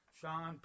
Sean